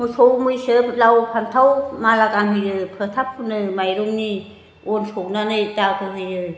मोसौ मैसो लाव फान्थाव माला गानहोयो फोथा फुनो माइरंनि अन सौनानै दागो होयो